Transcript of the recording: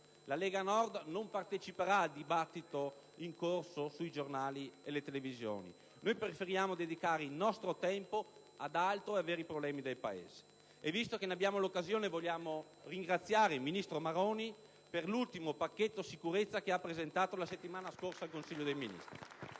La Lega Nord non parteciperà al dibattito in corso sui giornali e le televisioni; preferiamo dedicare il nostro tempo ad altro e ai veri problemi del Paese. E visto che ne abbiamo l'occasione vogliamo ringraziare il ministro Maroni per l'ultimo pacchetto sicurezza che ha presentato la settimana scorsa in Consiglio dei ministri